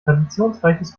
traditionsreiches